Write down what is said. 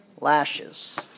lashes